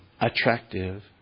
attractive